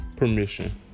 permission